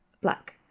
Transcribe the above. Black